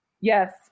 Yes